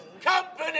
company